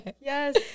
Yes